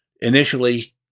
initially